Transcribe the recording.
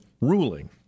ruling